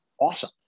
awesome